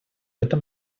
этом